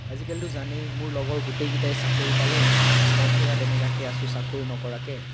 আজিকালিতো জানেই মোৰ লগৰ গোটেই কেইটাই চাকৰি পালে মইহে ইয়াত এনেকুৱাকৈ আছোঁ চাকৰি নকৰাকৈ